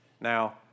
Now